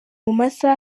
masaha